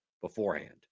beforehand